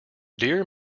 dear